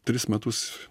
tris metus